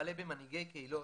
וכלה במנהיגי קהילות,